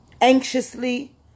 anxiously